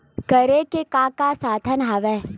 करे के का का साधन हवय?